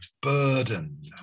burden